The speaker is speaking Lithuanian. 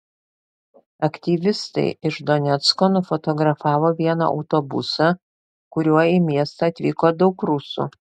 aktyvistai iš donecko nufotografavo vieną autobusą kuriuo į miestą atvyko daug rusų